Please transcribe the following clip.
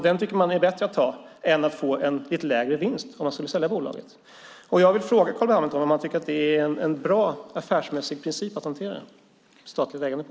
Den tycker regeringen är bättre att ta än att få lite lägre vinst om bolaget säljs. Tycker Carl B Hamilton att det är en bra affärsmässig princip att hantera statligt ägande på?